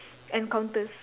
encounters